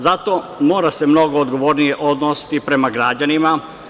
Zato mora se mnogo odgovornije odnositi prema građanima.